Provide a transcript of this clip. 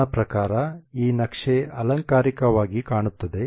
ನನ್ನ ಪ್ರಕಾರ ಈ ನಕ್ಷೆ ಅಲಂಕಾರಿಕವಾಗಿ ಕಾಣುತ್ತದೆ